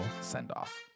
send-off